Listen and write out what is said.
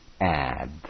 add